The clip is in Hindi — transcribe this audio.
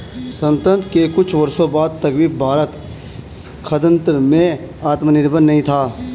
स्वतंत्रता के कुछ वर्षों बाद तक भी भारत खाद्यान्न में आत्मनिर्भर नहीं था